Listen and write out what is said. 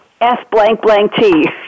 S-blank-blank-T